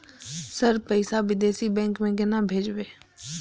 Sir पैसा विदेशी bank में केना भेजबे?